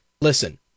listen